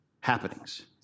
happenings